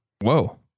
Whoa